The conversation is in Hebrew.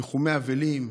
ניחומי אבלים,